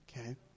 okay